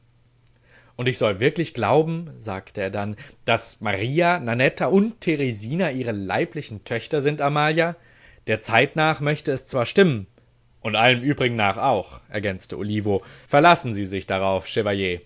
und ich soll wirklich glauben sagte er dann daß maria nanetta und teresina ihre leiblichen töchter sind amalia der zeit nach möchte es zwar stimmen und allem übrigen nach auch ergänzte olivo verlassen sie sich darauf